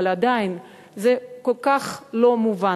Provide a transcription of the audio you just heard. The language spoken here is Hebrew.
אבל עדיין זה כל כך לא מובן.